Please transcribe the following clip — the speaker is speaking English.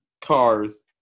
cars